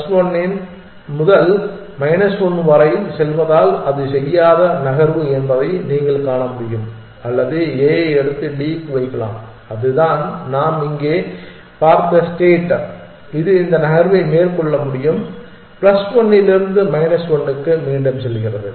plus 1 முதல் minus 1 வரை செல்வதால் அது செய்யாத நகர்வு என்பதை நீங்கள் காண முடியும் அல்லது அது A ஐ எடுத்து D க்கு வைக்கலாம் அதுதான் நாம் இங்கே பார்த்த ஸ்டேட் இது இந்த நகர்வை மேற்கொள்ள முடியும் பிளஸ் 1 இலிருந்து மைனஸ் 1 க்கு மீண்டும் செல்கிறது